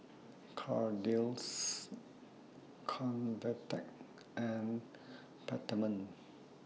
Kordel's Convatec and Peptamen